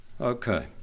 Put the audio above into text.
Okay